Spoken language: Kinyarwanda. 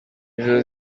ijoro